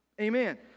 Amen